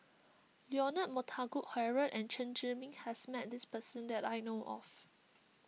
Leonard Montague Harrod and Chen Zhiming has met this person that I know of